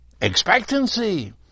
Expectancy